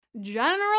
general